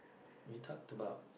you talked about